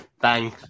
Bang